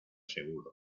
seguro